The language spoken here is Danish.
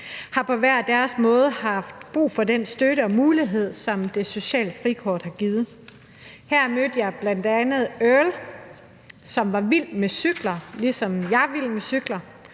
har på hver deres måde haft brug for den støtte og mulighed, som det sociale frikort har givet. Her mødte jeg bl.a. Earl, som var vild med cykler, ligesom jeg er vild med cykler,